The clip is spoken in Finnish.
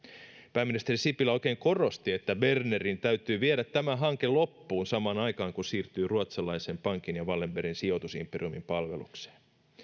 pääministeri sipilä oikein korosti että bernerin täytyy viedä tämä hanke loppuun samaan aikaan kun siirtyy ruotsalaisen pankin ja wallenbergin sijoitusimperiumin palvelukseen